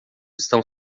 estão